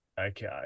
Okay